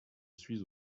suis